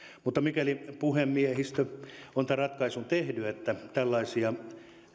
mutta mikäli puhemiehistö on tämän ratkaisun tehnyt että tällaisia